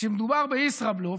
שמדובר בישראבלוף,